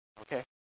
Okay